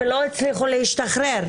ולא הצליחו להשתחרר,